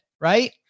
right